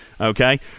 okay